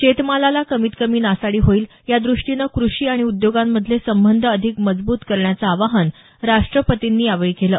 शेतमालाची कमीत कमी नासाडी होईल याद्रष्टीनं कृषी आणि उद्योगांमधले संबंध अधिक मजबूत करण्याचं आवाहन राष्ट्रपतींनी यावेळी केलं